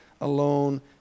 alone